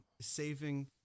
saving